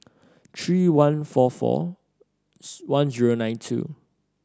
three one four four one zero nine two